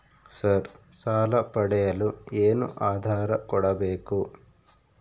Sir ಸಾಲ ಪಡೆಯಲು ಏನು ಆಧಾರ ಕೋಡಬೇಕು?